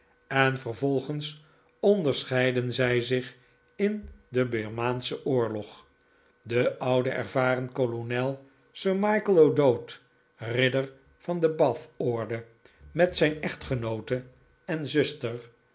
en vervolgens onderscheidden zij zich in den birmaanschen oorlog de oude ervaren kolonel sir michael o'dowd ridder van de bathorde met zijn echtgenoote en zuster